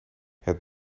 het